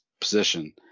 position